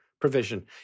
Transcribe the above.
provision